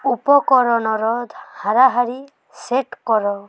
ଉପକରଣର ହାରାହାରି ସେଟ୍ କର